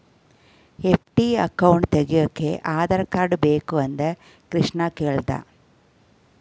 FD account ತೆಗೆಯೋಕೆ Aadhaar card ಬೇಕು ಅಂತ ಕೃಷ್ಣ ಕೇಳ್ದ